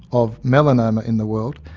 of melanoma in the world,